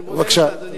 אני מודה לך, אדוני.